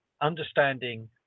understanding